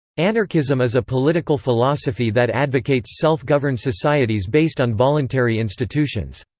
anarchism is a political philosophy that advocates self-governed societies based on voluntary institutions.